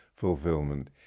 Fulfillment